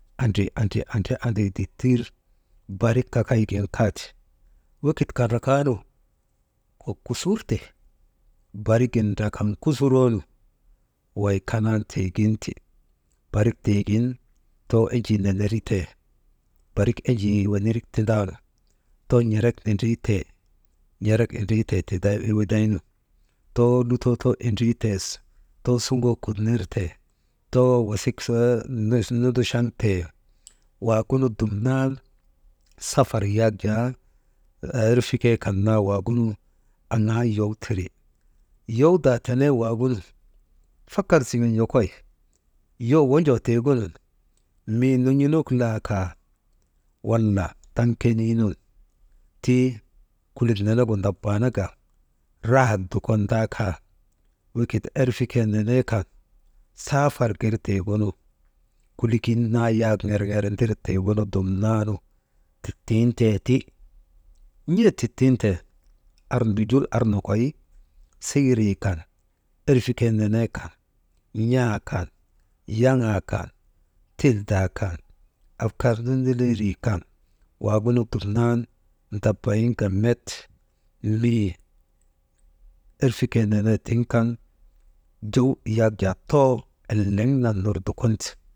Andri, andri, andri dittir barik kakaygin kaate, wekik kandrakaanu kok kusurte, barigin ndrakan kusuroonu wey kanan tiigin ti, barik tiigin too enjii neneritee, barik enjii wenerik tindaanu, too n̰erek nindrii tee n̰erek windriitee tindaynu «hesitation», too lutoo too indrii tee too suŋgoo kut nirtee, too wasik nunduŋchaŋtee, waagunu dumnan safar yak jaa erfikee kan nan aŋaa yow tiri, yowdaa tenee waagunu fakar siŋen yokoy, yoo wojoo tiigunun mii non̰onok laakaa wala taŋ kenii nun, tii kulik nenegu ndabaanaka raahak dukon ndaakaa, wekit erfikee nenee kan saafar kir tiigunu, kuligin naa yak ŋerŋer ndir tiigunu dumnan tiŋtee ti, n̰e ti tiŋ ten ardi jul arnokoy, siŋirii kan erfikee nenee kan n̰aakan yavaakan, tildaa kan, afkar nunduleerii kan, waagunu dumnan ndabayin ka met mii, erfikee nenee kan jow yak jaa too eleŋ nan ner dukonte.